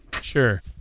Sure